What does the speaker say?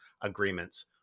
agreements